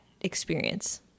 experience